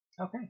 Okay